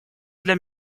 для